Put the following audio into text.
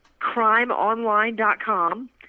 CrimeOnline.com